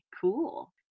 cool